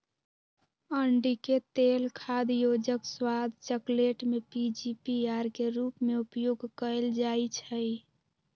अंडिके तेल खाद्य योजक, स्वाद, चकलेट में पीजीपीआर के रूप में उपयोग कएल जाइछइ